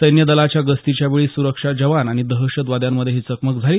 सैन्य दलाच्या गस्तीच्या वेळी सुरक्षा जवान आणि दहशतवाद्यांमध्ये ही चकमक झाली